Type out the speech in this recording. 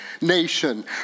nation